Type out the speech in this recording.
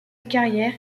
carrière